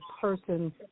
person